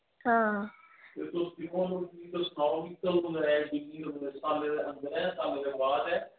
हां